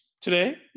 today